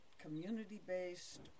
community-based